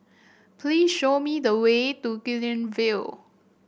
please show me the way to Guilin View